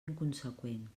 inconseqüent